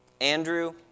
Andrew